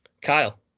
kyle